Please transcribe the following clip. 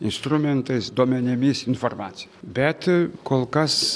instrumentais duomenimis informacija bet kol kas